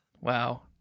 Wow